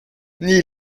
nii